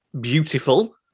beautiful